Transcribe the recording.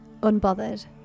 unbothered